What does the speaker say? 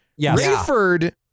Rayford